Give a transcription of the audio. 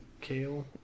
Kale